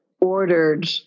ordered